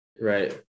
Right